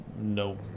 no